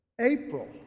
April